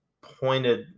pointed